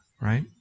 right